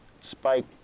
Spike